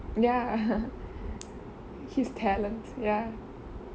ya his talents